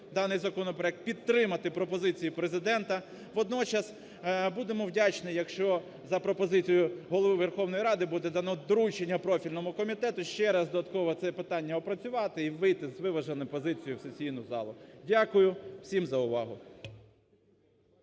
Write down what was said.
даний законопроект, підтримати пропозиції Президента, водночас будемо вдячні, якщо за пропозицією Голови Верховної Ради буде дано доручення профільному комітету ще раз додатково це питання опрацювати і вийти з виваженою позицією в сесійну залу. Дякую всім за увагу.